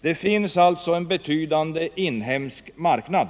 Det finns en betydande inhemsk marknad.